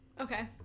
okay